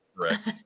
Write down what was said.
correct